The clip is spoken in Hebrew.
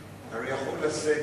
הרי יכול לשאת